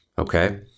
Okay